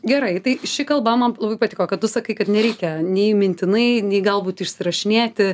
gerai tai ši kalba man labai patiko kad tu sakai kad nereikia nei mintinai nei galbūt išsirašinėti